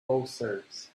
ulcers